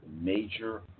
major